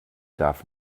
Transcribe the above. darf